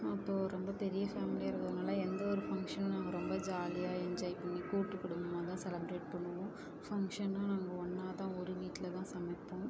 அப்போ ரொம்ப பெரிய ஃபேமிலியாக இருந்ததுனால் எந்த ஒரு ஃபங்க்ஷனும் நாங்கள் ரொம்ப ஜாலியாக என்ஜாய் பண்ணி கூட்டு குடும்பமாக தான் செலப்ரேட் பண்ணுவோம் ஃபங்க்ஷன்னா நாங்கள் ஒன்றா தான் ஒரு வீட்டில் தான் சமைப்போம்